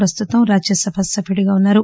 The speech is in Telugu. ప్రస్తుతం రాజ్యసభ సభ్యుడిగా ఉన్నారు